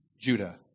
Judah